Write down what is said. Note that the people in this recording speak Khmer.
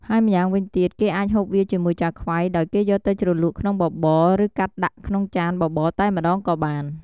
ហើយម្យ៉ាងវិញទៀតគេអាចហូបវាជាមួយឆាខ្វៃ ដោយគេយកទៅជ្រលក់ក្នុងបបរ ឬកាត់ដាក់ក្នុងចានបបរតែម្តងក៏បាន។